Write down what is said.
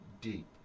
deep